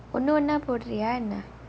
ஒன்னு ஒன்னா போடுறியா என்ன:onnu onna poduriyaa enna